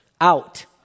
Out